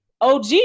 OG